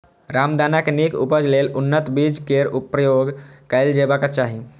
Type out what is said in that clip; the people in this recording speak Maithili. रामदाना के नीक उपज लेल उन्नत बीज केर प्रयोग कैल जेबाक चाही